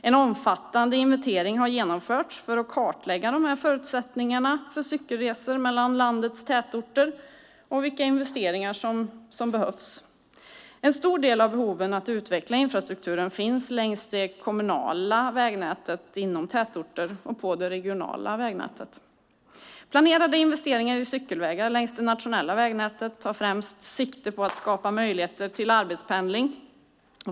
En omfattande inventering har genomförts för att kartlägga förutsättningarna för cykelresor mellan landets tätorter och vilka investeringar som behövs. En stor del av behoven av att utveckla infrastrukturen finns längs det kommunala vägnätet inom tätorter och på det regionala vägnätet. Planerade investeringar i cykelvägar längs det nationella vägnätet tar främst sikte på att skapa möjligheter till arbetspendling.